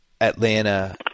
Atlanta